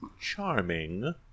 charming